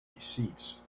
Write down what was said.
receipts